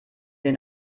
den